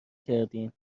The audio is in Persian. کردین